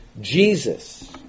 Jesus